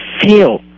feel